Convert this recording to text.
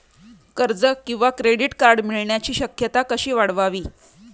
कर्ज किंवा credit card मिळण्याची शक्यता कशी वाढवावी?